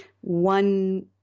One